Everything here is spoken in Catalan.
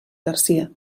garcia